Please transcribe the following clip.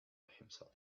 himself